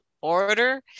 order